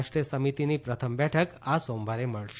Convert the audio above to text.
રાષ્ટ્રીય સમિતિની પ્રથમ બેઠક આ સોમવારે મળશે